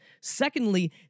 Secondly